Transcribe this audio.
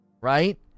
right